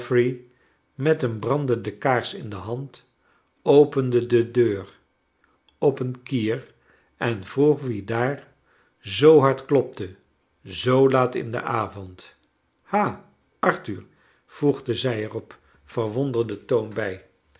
met een brandende kaars in de hand opende de deur op een kier en vroeg wie daar zoo hard klopte zoo laat in den avond ha arthur voegde zij er op verwonderden toon bij